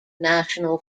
national